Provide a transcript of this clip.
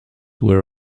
were